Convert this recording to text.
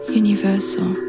universal